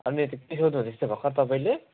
अनि त के सोध्नुहुँदै थियो त भर्खर तपाईँले